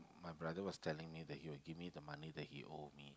my brother was telling me that he will give me the money that he owe me